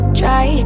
try